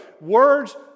Words